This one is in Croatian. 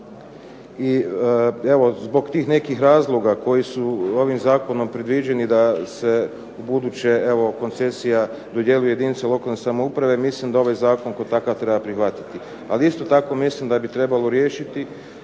I evo zbog tih nekih razloga koji su ovim zakonom predviđeni da se ubuduće evo koncesija dodjeljuje jedinica lokalne samouprave mislim da ovaj zakon kao takav treba prihvatiti, ali isto tako mislim da bi trebalo riješiti